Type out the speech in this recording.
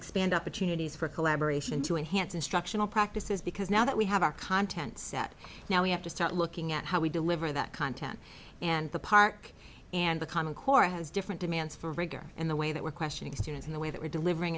expand opportunities for collaboration to enhance instructional practices because now that we have our content set now we have to start looking at how we deliver that content and the park and the common core has different demands for rigor in the way that we're questioning students in the way that we're delivering